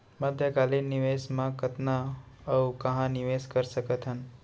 मध्यकालीन निवेश म कतना अऊ कहाँ निवेश कर सकत हन?